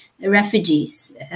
refugees